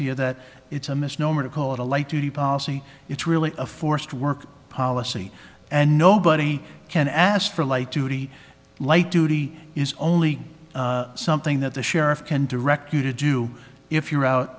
to you that it's a misnomer to call it a light duty policy it's really a forced work policy and nobody can ask for light duty light duty is only something that the sheriff can direct you to do if you're out